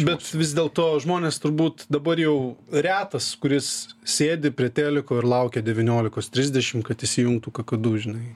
bet vis dėl to žmonės turbūt dabar jau retas kuris sėdi prie teliko ir laukia devyniolikos trisdešim kad įsijungtų kakadu žinai